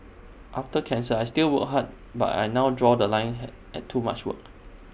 after cancer I still work hard but I now draw The Line hat at too much work